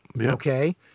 Okay